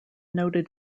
noted